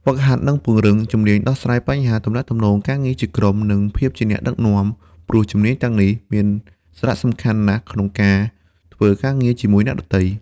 ហ្វឹកហាត់ និងពង្រឹង ជំនាញដោះស្រាយបញ្ហា ទំនាក់ទំនង ការងារជាក្រុម និងភាពជាអ្នកដឹកនាំ ព្រោះជំនាញទាំងនេះមានសារៈសំខាន់ណាស់ក្នុងការធ្វើការងារជាមួយអ្នកដទៃ។